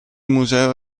museo